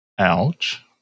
Ouch